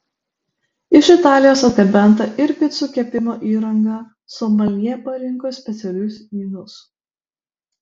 iš italijos atgabenta ir picų kepimo įranga someljė parinko specialius vynus